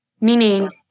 Meaning